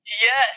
Yes